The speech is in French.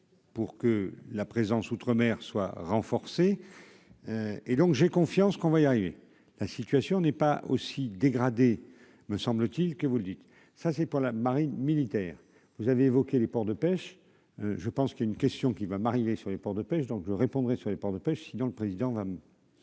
pour que la présence Outre-mer soit renforcée et donc j'ai confiance, qu'on va y arriver, la situation n'est pas aussi dégradé, me semble-t-il, que vous le dites, ça c'est pour la marine militaire, vous avez évoqué les ports de pêche, je pense qu'il y a une question qui va m'arriver sur les ports de pêche, donc je répondrai sur les ports de pêche, sinon le président va me